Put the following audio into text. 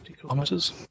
kilometers